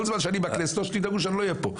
כל זמן שאני בכנסת או שתדאגו שאני לא אהיה פה.